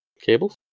cables